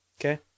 Okay